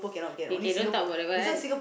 okay don't talk about the what